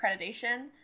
accreditation